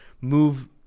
move